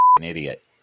idiot